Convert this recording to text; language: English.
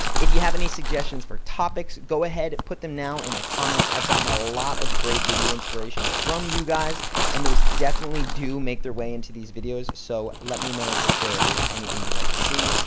if you have any suggestions for topics, go ahead and put them now in the comments. i've gotten a lot of great video inspiration from you guys and those definitely do make their way into these videos so let me know for sure if there's anything you'd like to see.